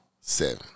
seven